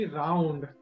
round